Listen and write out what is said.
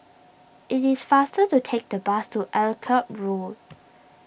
it is faster to take the bus to Akyab Road